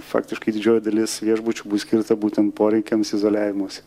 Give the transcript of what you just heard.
faktiškai didžioji dalis viešbučių bus skirta būtent poreikiams izoliavimosi